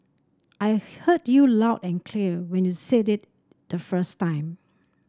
I heard you loud and clear when you said it the first time